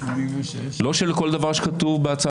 לא לכל דבר שכתוב בהצעה